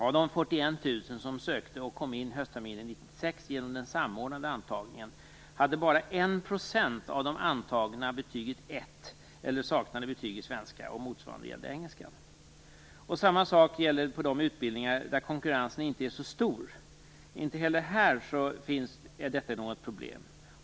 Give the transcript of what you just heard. Av 41 000 som sökte och kom in höstterminen 1996 hade bara 1 % av de antagna betyget 1 eller saknade betyg i svenska, och motsvarande gällde engelskan. Samma sak gäller på de utbildningar där konkurrensen inte är så stor. Inte heller här är detta något problem.